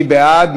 מי בעד?